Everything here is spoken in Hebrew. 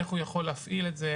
איך הוא יכול להפעיל את זה,